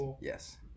yes